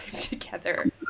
together